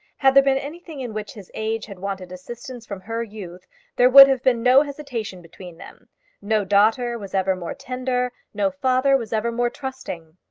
had there been anything in which his age had wanted assistance from her youth there would have been no hesitation between them no daughter was ever more tender no father was ever more trusting.